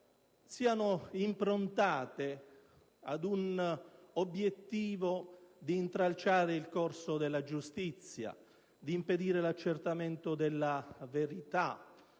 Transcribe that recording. siano improntate all'obiettivo di intralciare il corso della giustizia e di impedire l'accertamento della verità.